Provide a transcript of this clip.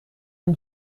een